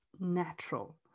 natural